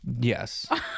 Yes